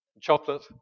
chocolate